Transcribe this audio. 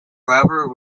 however